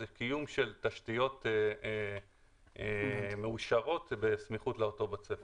הוא קיום של תשתיות מאושרות ובסמיכות לאותו בית ספר.